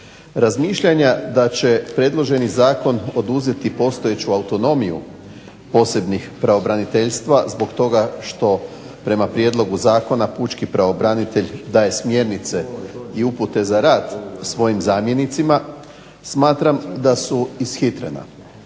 Razmišljanja da će predloženi zakon oduzeti postojeću autonomiju posebnih pravobraniteljstva zbog toga što prema prijedlogu zakona pučki pravobranitelj daje smjernice i upute za rad svojim zamjenicima smatram da su ishitrena.